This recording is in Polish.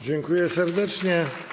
Dziękuję serdecznie.